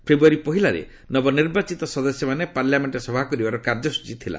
ଫେବୃୟାରୀ ପହିଲାରେ ନବନିର୍ବାଚିତ ସଦସ୍ୟମାନେ ପାର୍ଲ୍ୟାମେଣ୍ଟରେ ସଭା କରିବାର କାର୍ଯ୍ୟସ୍ଚଚୀ ଥିଲା